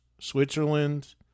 Switzerland